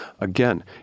Again